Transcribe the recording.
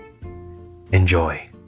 Enjoy